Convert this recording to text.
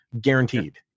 guaranteed